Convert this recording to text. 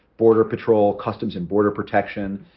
border patrol, customs and border protection,